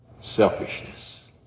selfishness